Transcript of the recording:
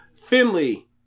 Finley